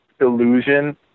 illusion